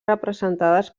representades